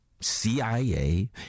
CIA